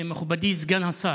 מכובדי סגן השר,